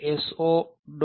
so